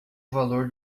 valor